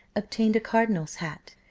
obtained a cardinal's hat.